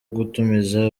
gutumiza